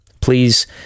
please